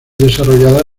desarrollada